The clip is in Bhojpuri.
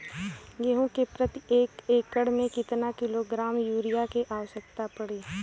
गेहूँ के प्रति एक एकड़ में कितना किलोग्राम युरिया क आवश्यकता पड़ी?